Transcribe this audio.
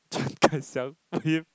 Kai-Xiang